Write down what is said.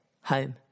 home